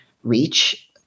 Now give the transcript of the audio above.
reach